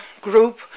group